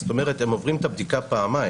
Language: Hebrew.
זאת אומרת הם עוברים את הבדיקה פעמיים,